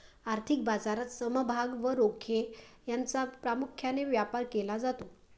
आर्थिक बाजारात समभाग व रोखे यांचा प्रामुख्याने व्यापार केला जातो